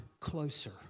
closer